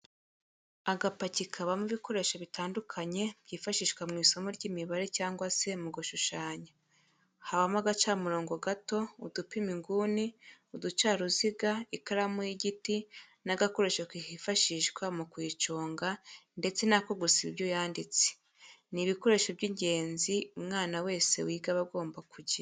Agapaki kabamo ibikoresho bitandukanye byifashishwa mu isomo ry'imibare cyangwa se mu gushushanya, habamo agacamurongo gato, udupima inguni, uducaruziga, ikaramu y'igiti n'agakoresho kifashishwa mu kuyiconga ndetse n'ako gusiba ibyo yanditse, ni ibikoresho by'ingenzi umwana wese wiga aba agomba kugira.